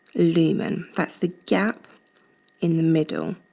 lumen that's the gap in the middle.